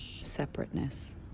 separateness